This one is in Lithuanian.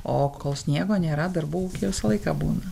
o kol sniego nėra darbų ūkyje visą laiką būna